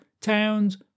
towns